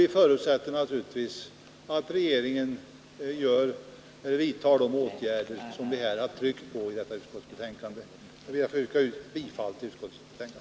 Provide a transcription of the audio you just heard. Vi förutsätter naturligtvis att regeringen vidtar de åtgärder som vi har tryckt på i utskottsbetänkandet. Jag ber att få yrka bifall till utskottets hemställan.